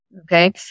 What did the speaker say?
Okay